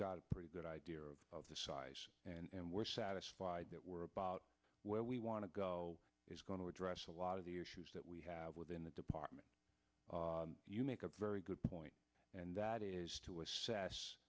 got a pretty good idea of the size and we're satisfied that we're about where we want to go is going to address a lot of the issues that we have within the department you make a very good point and that is to assess